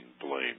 blame